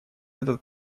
этот